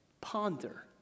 ponder